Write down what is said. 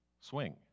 swing